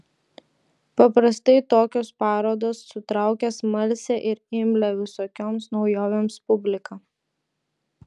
paprastai tokios parodos sutraukia smalsią ir imlią visokioms naujovėms publiką